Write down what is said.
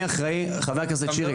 חבר הכנסת שירי,